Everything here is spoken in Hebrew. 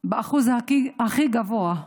באחוז הכי גבוה,